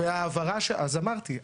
אז אמרתי,